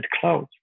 clothes